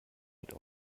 mit